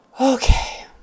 Okay